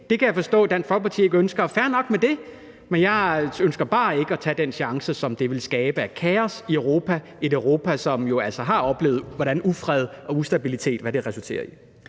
Det kan jeg forstå Dansk Folkeparti ikke ønsker, og fair nok med det, men jeg ønsker bare ikke at tage den chance med, hvad det ville skabe af kaos i Europa – et Europa, som jo altså har oplevet, hvad ufred og ustabilitet resulterer i.